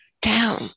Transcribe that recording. down